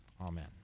Amen